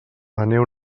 aneu